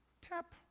tap